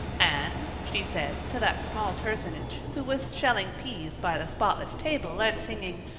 anne, she said to that small personage, who was shelling peas by the spotless table and singing,